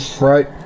right